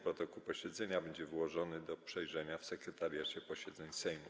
Protokół posiedzenia będzie włożony do przejrzenia w Sekretariacie Posiedzeń Sejmu.